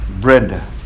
Brenda